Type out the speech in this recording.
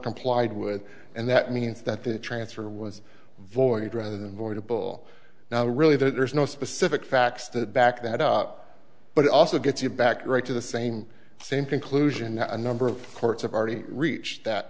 complied with and that means that the transfer was voided rather than voidable now really there's no specific facts to back that up but it also gets you back right to the same same conclusion that a number of courts have already reached that